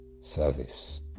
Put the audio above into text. service